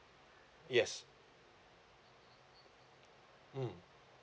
yes mm